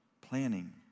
planning